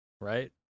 Right